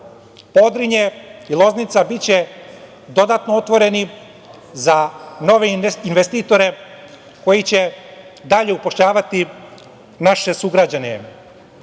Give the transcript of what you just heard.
Podrinje i Loznica biće dodatno otvoreni za nove investitore koji će dalje upošljavati naše sugrađane. Ovo